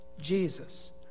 Jesus